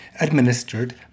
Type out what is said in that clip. administered